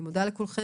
אני מודה לכולם.